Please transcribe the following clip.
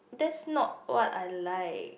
that's not what I like